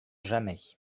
jamais